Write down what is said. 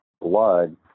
blood